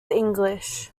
english